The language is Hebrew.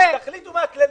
תחליטו מה הכללים,